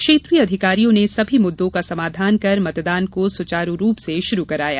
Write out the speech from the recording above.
क्षेत्रीय अधिकारियों ने सभी मुद्दों का समाधान कर मतदान को सुचारू रूप से शुरू कराया